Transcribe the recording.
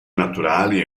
naturali